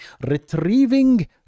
Retrieving